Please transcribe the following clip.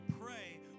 pray